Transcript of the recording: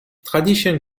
tradition